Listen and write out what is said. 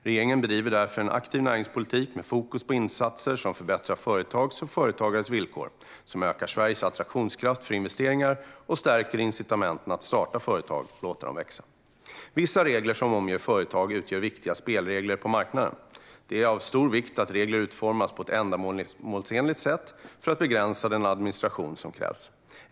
Regeringen bedriver därför en aktiv näringspolitik med fokus på insatser som förbättrar företags och företagares villkor, som ökar Sveriges attraktionskraft för investeringar och som stärker incitamenten att starta företag och låta dem växa. Vissa regler som omger företag utgör viktiga spelregler på marknaden. Det är av stor vikt att regler utformas på ett ändamålsenligt sätt för att begränsa den administration som krävs.